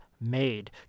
made